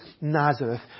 Nazareth